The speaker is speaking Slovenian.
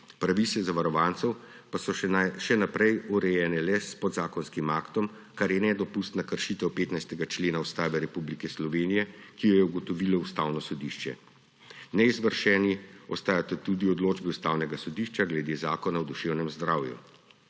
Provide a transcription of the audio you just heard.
pravice zavarovancev pa so še naprej urejene le s podzakonskim aktom, kar je nedopustna kršitev 15. člena Ustave Republike Slovenije, ki jo je ugotovilo Ustavno sodišče. Neizvršeni ostajata tudi odločbi Ustavnega sodišča glede Zakona o duševnem zdravju.